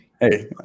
Hey